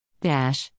Dash